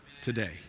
today